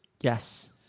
Yes